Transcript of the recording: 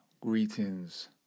greetings